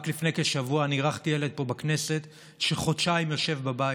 רק לפני כשבוע אני אירחתי ילד פה בכנסת שחודשיים יושב בבית.